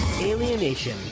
Alienation